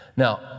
Now